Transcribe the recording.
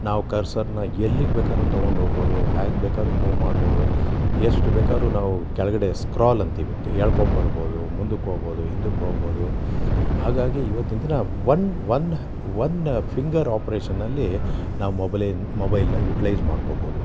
ನಾವು ಕರ್ಸರ್ನ ಎಲ್ಲಿಗೆ ಬೇಕಾದ್ರೂ ತಗೊಂಡೋಗ್ಬೊದು ಹೇಗೆ ಬೇಕಾದ್ರೂ ಮೂವ್ ಮಾಡ್ಬೋದು ಎಷ್ಟು ಬೇಕಾದ್ರೂ ನಾವು ಕೆಳಗಡೆ ಸ್ಕ್ರಾಲ್ ಅಂತೀವಿ ಎಳ್ಕೊಂಡ್ಬರ್ಬೋದು ಮುಂದಕ್ಕೆ ಹೋಗ್ಬೋದು ಹಿಂದಕ್ಕೆ ಹೋಗ್ಬೋದು ಹಾಗಾಗಿ ಇವತ್ತಿನ ದಿನ ಒನ್ ಒನ್ ಒನ್ ಫಿಂಗರ್ ಆಪ್ರೇಷನಲ್ಲಿ ನಾವು ಮೊಬಲಿನ ಮೊಬೈಲ್ನ ಯುಟ್ಲೈಸ್ ಮಾಡ್ಕೊಬೋದು